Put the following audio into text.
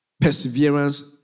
perseverance